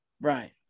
right